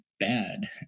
bad